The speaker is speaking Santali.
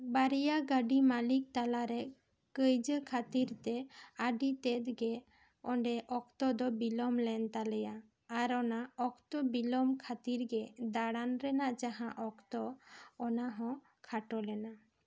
ᱵᱟᱨᱭᱟ ᱜᱟᱹᱰᱤ ᱢᱟᱹᱞᱤᱠ ᱛᱟᱞᱟᱨᱮ ᱠᱟᱹᱠᱭᱡᱟᱹ ᱠᱷᱟᱹᱛᱤᱨ ᱛᱮ ᱟᱹᱰᱤ ᱛᱮᱫᱜᱮ ᱚᱸᱰᱮ ᱚᱠᱛᱚ ᱫᱚ ᱵᱤᱞᱚᱢ ᱞᱮᱱ ᱛᱟᱞᱮᱭᱟ ᱟᱨ ᱚᱱᱟ ᱚᱠᱛᱚ ᱵᱤᱞᱚᱢ ᱠᱷᱟᱹᱛᱤᱨ ᱜᱮ ᱫᱟᱬᱟᱱ ᱨᱮᱱᱟᱜ ᱡᱟᱦᱟᱸ ᱚᱠᱛᱚ ᱚᱱᱟ ᱦᱚᱸ ᱠᱷᱟᱴᱚ ᱞᱮᱱᱟ